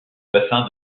bassin